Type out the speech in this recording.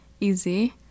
easy